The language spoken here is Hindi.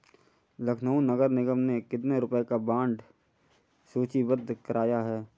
लखनऊ नगर निगम ने कितने रुपए का बॉन्ड सूचीबद्ध कराया है?